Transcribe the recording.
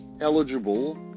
eligible